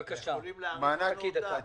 כי בפעימה הראשונה יש בעיה.